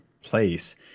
place